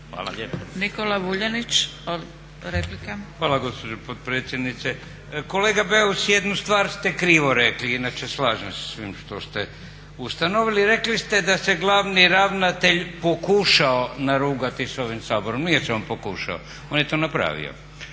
Nikola (Nezavisni)** Hvala gospođo potpredsjednice. Kolega Beus jednu stvar ste krivo rekli, inače slažem se sa svim što ste ustanovili. Rekli ste da se glavni ravnatelj pokušao narugati s ovim Saborom. Nije se on pokušao, on je to napravio.